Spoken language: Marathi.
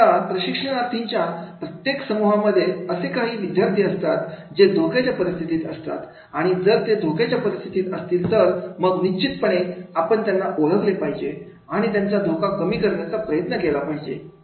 आणि आता प्रशिक्षणार्थी च्या प्रत्येक समूहामध्ये असे काही विद्यार्थी असतात जे धोक्याच्या परिस्थितीत असतात आणि जर ते धोक्याच्या परिस्थितीत असतील तर मग निश्चितपणे आपण त्यांना ओळखले पाहिजे आणि आणि त्यांचा धोका कमी करण्याचा प्रयत्न केला पाहिजे